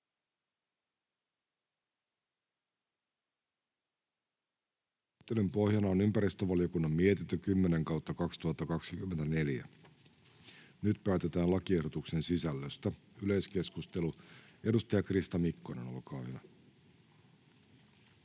ympäristövaliokunnan mietintö YmVM 10/2024 vp. Nyt päätetään lakiehdotuksen sisällöstä. — Yleiskeskustelu. Edustaja Krista Mikkonen, olkaa hyvä.